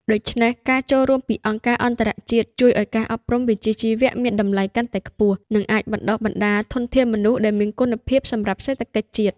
ដូច្នេះ ការចូលរួមពីអង្គការអន្តរជាតិជួយឱ្យការអប់រំវិជ្ជាជីវៈមានតម្លៃកាន់តែខ្ពស់ និងអាចបណ្តុះបណ្តាលធនធានមនុស្សដែលមានគុណភាពសម្រាប់សេដ្ឋកិច្ចជាតិ។